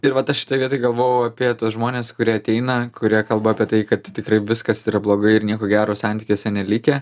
ir vat aš šitoj vietoj galvojau apie tuos žmones kurie ateina kurie kalba apie tai kad tikrai viskas yra blogai ir nieko gero santykiuose nelikę